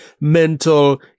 mental